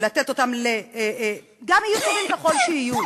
לתת אותם, גם אם יהיו טובים ככל שיהיו,